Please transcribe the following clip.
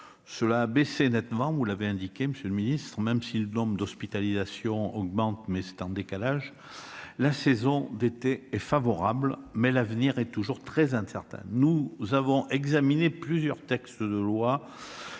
Cela a baissé nettement- vous l'avez indiqué, monsieur le ministre -, même si le nombre d'hospitalisations augmente, car il y a un décalage. La saison d'été est favorable, mais l'avenir est toujours très incertain. Nous avons examiné plusieurs textes